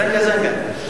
"זנגה זנגה"...